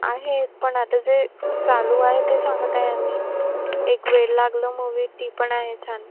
आहे पण आता जे चालू आहे ते सांगत आहे मी एक वेड लागलं मूव्ही ती पण आहे छान